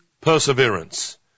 perseverance